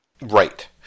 Right